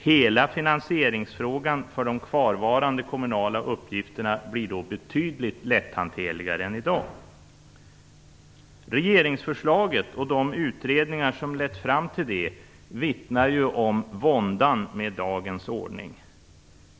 Hela finansieringsfrågan för de kvarvarande kommunala uppgifterna blir då betydligt lätthanterligare än i dag. Regeringsförslaget och de utredningar som lett fram till det vittnar ju om våndan med dagens ordning.